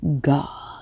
God